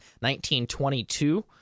1922